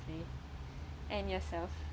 say and yourself